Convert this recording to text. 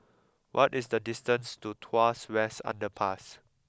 what is the distance to Tuas West Underpass